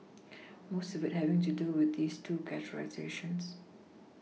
most of it having to do with those two categorisations